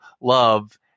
love